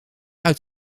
uit